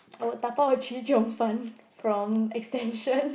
I will dabao chee-cheong-fun from extension